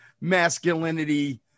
masculinity